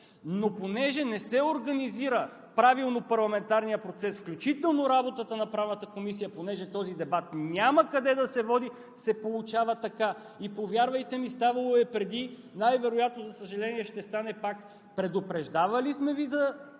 Но понеже не се организира правилно парламентарният процес, включително работата на Правната комисия, понеже този дебат няма къде да се води, се получава така. Повярвайте ми, ставало е преди, най-вероятно, за съжаление, ще стане пак. Предупреждавали сме Ви –